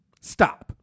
stop